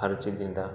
ख़र्ची ॾींदा